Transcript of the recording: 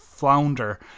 flounder